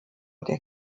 der